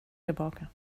tillbaka